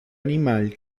animal